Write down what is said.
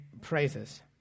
praises